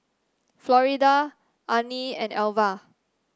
Florida Arnie and Alvah